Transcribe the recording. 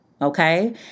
okay